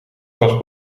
kast